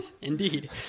Indeed